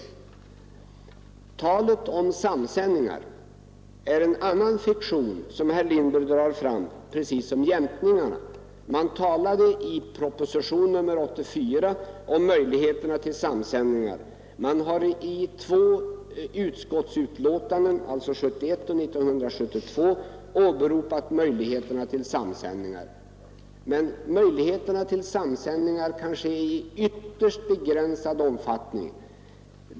Talet om samsändningar är en annan fiktion som herr Lindberg drar fram precis som jämkningarna. I propositionen 84 talades om möjligheterna till samsändningar. I två utskottsbetänkanden, 1971 och 1972, har åberopats möjligheterna till samsändningar, men sådana kan ske i ytterst begränsad omfattning.